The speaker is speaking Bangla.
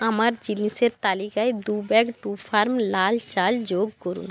আমার জিনিসের তালিকায় দু ব্যাগ টুফার্ম লাল চাল যোগ করুন